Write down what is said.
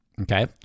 Okay